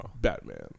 Batman